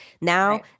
Now